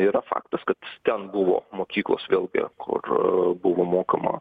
yra faktas kad ten buvo mokyklos vėlgi kur buvo mokoma